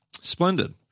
Splendid